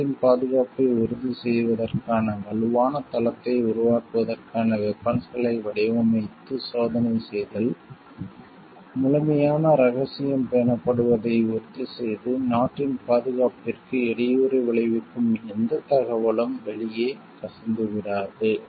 நாட்டின் பாதுகாப்பை உறுதி செய்வதற்கான வலுவான தளத்தை உருவாக்குவதற்கான வெபன்ஸ்களை வடிவமைத்து சோதனை செய்தல் முழுமையான இரகசியம் பேணப்படுவதை உறுதிசெய்து நாட்டின் பாதுகாப்பிற்கு இடையூறு விளைவிக்கும் எந்தத் தகவலும் வெளியே கசிந்துவிடாது